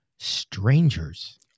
Strangers